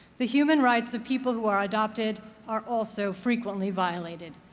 the human rights of people who are adopted are also frequently violated.